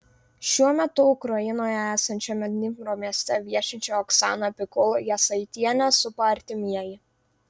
šiuo metu ukrainoje esančiame dnipro mieste viešinčią oksaną pikul jasaitienę supa artimieji